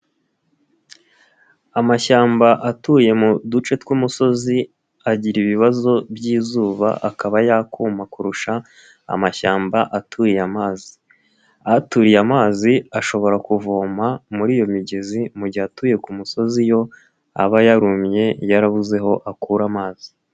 Amashyamba atuye mu duce tw'umusozi agira ibibazo by'izuba akaba yakuma kurusha amashyamba aturiye amazi, aturiye amazi ashobora kuvoma muri iyo migezi mu gihe atuye ku musozi iyo aba yarumye yarabuze aho akura amazi.